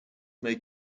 may